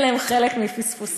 אלה הם חלק מפספוסי.